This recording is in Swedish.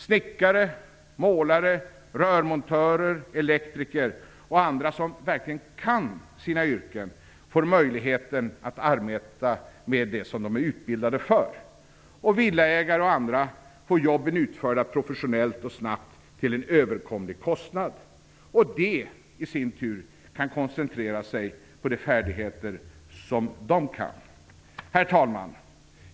Snickare, målare, rörmontörer, elektriker och andra som verkligen kan sina yrken får möjligheten att arbeta med det som de är utbildade för, och villaägare och andra får jobben utförda professionellt och snabbt till en överkomlig kostnad och kan sedan i sin tur koncentrera sig på sina egna färdigheter. Herr talman!